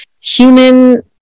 human